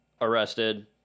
arrested